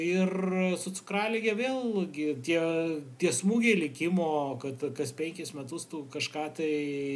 ir su cukralige vėl gi tie tie smūgiai likimo kad kas penkis metus tu kažką tai